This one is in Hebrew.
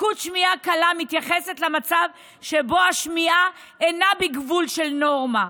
לקות שמיעה קלה מתייחסת למצב שבו השמיעה אינה בגבול של נורמה,